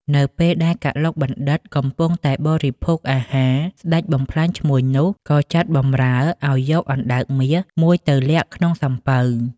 នៅ ពេលដែលកឡុកបណ្ឌិតកំពុងតែបរិភោគអាហារ ស្ដេចបំផ្លាញឈ្មួញនោះ ក៏ចាត់បម្រើឲ្យយកអណ្ដើកមាស មួយទៅលាក់ក្នុងសំពៅ ។